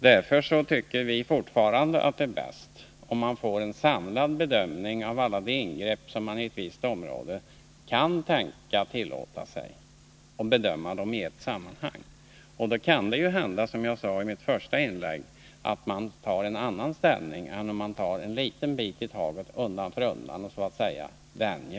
Därför tycker vi fortfarande att det är bäst att få en samlad bedömning av alla de ingrepp som man kan tänkas tillåta i ett visst område. Då kan det, som jag sade i mitt första inlägg, hända att man tar en annan ställning än om man bedömer ett litet ingrepp i taget och undan för undan vänjer sig vid varje sådant litet ingrepp.